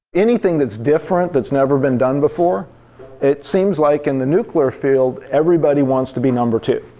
anything that's different, that's never been done before it seems like in the nuclear field everybody wants to be number two.